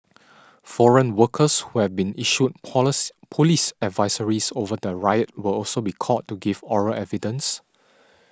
foreign workers who had been issued police police advisories over the riot will also be called to give oral evidence